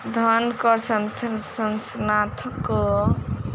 धन कर संस्थानक स्वामी पर लगायल जाइत अछि